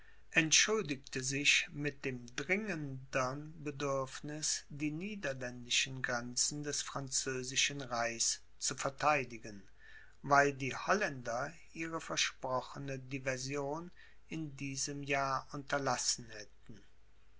entschuldigte sich mit dem dringendern bedürfniß die niederländischen grenzen des französischen reichs zu vertheidigen weil die holländer ihre versprochene diversion in diesem jahr unterlassen hätten